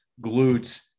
glutes